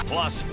Plus